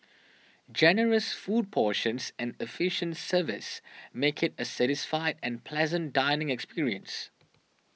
generous food portions and efficient service make it a satisfied and pleasant dining experience